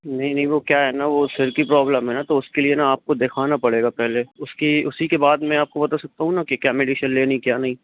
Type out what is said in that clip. नहीं नहीं वो क्या है ना वो सिर की प्रोब्लम है ना तो उसके लिए ना आपको देखाना पड़ेगा पहले उसकी उसी के बाद मैं आपको बता सकता हूँ ना कि क्या मेडीशन लेनी है क्या नहीं